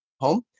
home